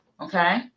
Okay